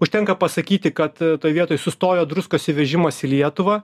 užtenka pasakyti kad toj vietoj sustojo druskos įvežimas į lietuvą